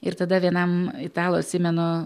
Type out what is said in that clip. ir tada vienam italų atsimenu